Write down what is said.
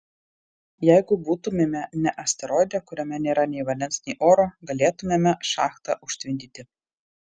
jeigu būtumėme ne asteroide kuriame nėra nei vandens nei oro galėtumėme šachtą užtvindyti